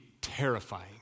terrifying